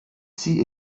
sie